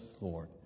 Lord